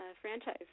franchise